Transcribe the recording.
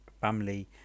family